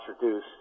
reduce